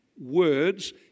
Words